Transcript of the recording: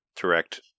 Direct